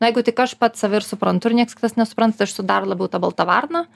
na jeigu tik aš pats save ir suprantu ir nieks kitas nesupranta tai aš esu dar labiau ta balta varna